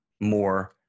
more